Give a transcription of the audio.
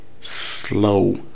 slow